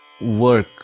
work